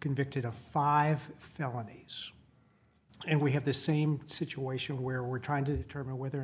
convicted of five felonies and we have the same situation where we're trying to determine whether or